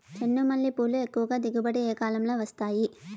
చెండుమల్లి పూలు ఎక్కువగా దిగుబడి ఏ కాలంలో వస్తాయి